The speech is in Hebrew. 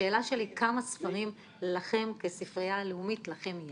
השאלה שלי כמה ספרים לכם, כספרייה הלאומית, יש.